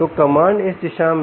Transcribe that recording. तो कमांड इस दिशा में